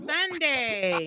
Sunday